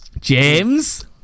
James